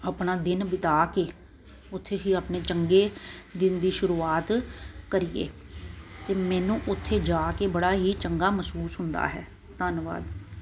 ਆਪਣਾ ਦਿਨ ਬਿਤਾ ਕੇ ਉੱਥੇ ਹੀ ਆਪਣੇ ਚੰਗੇ ਦਿਨ ਦੀ ਸ਼ੁਰੂਆਤ ਕਰੀਏ ਅਤੇ ਮੈਨੂੰ ਉੱਥੇ ਜਾ ਕੇ ਬੜਾ ਹੀ ਚੰਗਾ ਮਹਿਸੂਸ ਹੁੰਦਾ ਹੈ ਧੰਨਵਾਦ